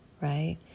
right